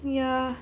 yeah